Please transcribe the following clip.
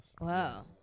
Wow